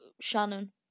shannon